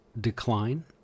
decline